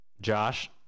Josh